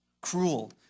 cruel